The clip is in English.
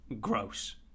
Gross